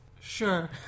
Sure